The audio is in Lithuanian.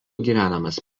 gyvenamas